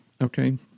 Okay